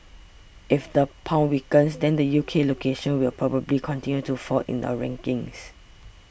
if the pound weakens then the U K locations will probably continue to fall in our rankings